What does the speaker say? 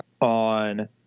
on